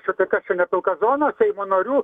čia tai kas čia ne pilka zona seimo narių